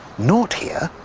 not here,